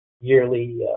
yearly